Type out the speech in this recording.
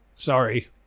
Sorry